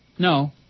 No